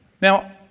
Now